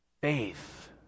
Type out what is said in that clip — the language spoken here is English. faith